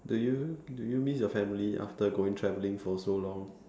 do you do you miss your family after going traveling for so long